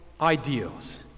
ideals